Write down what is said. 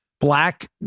Black